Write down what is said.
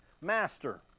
Master